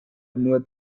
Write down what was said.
nur